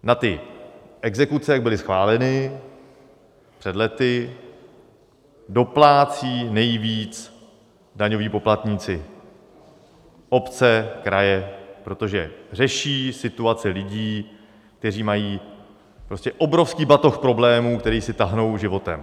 Na ty exekuce, jak byly schváleny před lety, doplácí nejvíc daňoví poplatníci, obce, kraje, protože řeší situaci lidí, kteří mají obrovský batoh problémů, který si táhnou životem.